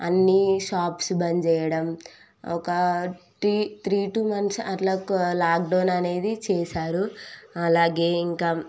అన్నీ షాప్స్ బంద్ చేయడం ఒక టి త్రీ టూ మంత్స్ అలా ఒక లాక్డౌన్ అనేది చేశారు అలాగే ఇంకా